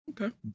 okay